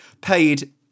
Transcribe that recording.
paid